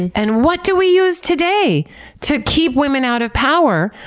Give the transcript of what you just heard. and and what do we use today to keep women out of power,